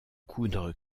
coudre